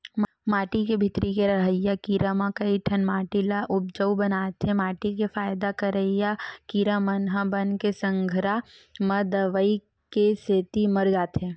माटी के भीतरी के रहइया कीरा म कइठन माटी ल उपजउ बनाथे माटी के फायदा करइया कीरा मन ह बन के संघरा म दवई के सेती मर जाथे